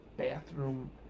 bathroom